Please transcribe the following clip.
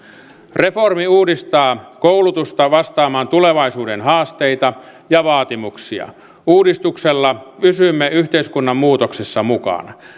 reformi uudistaa koulutusta vastaamaan tulevaisuuden haasteita ja vaatimuksia uudistuksella pysymme yhteiskunnan muutoksessa mukana